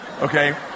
okay